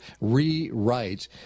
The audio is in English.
rewrite